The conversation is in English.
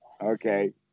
okay